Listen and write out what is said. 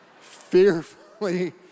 fearfully